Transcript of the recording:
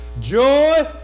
joy